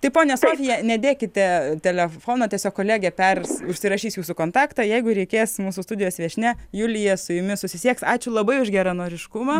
tai ponia sofija nedėkite telefono tiesiog kolegė pers užsirašys jūsų kontaktą jeigu reikės mūsų studijos viešnia julija su jumis susisieks ačiū labai už geranoriškumą